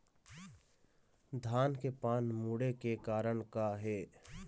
धान के पान मुड़े के कारण का हे?